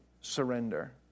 surrender